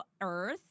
Earth